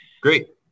Great